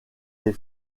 les